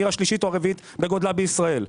העיר השלישית או הרביעית בגודלה בישראל.